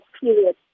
period